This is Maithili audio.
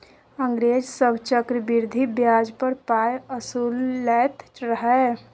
अंग्रेज सभ चक्रवृद्धि ब्याज पर पाय असुलैत रहय